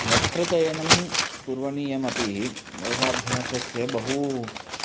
वस्त्रचयनं करणीयमपि योगाभ्यासस्य बहु